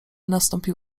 nastąpił